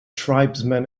tribesmen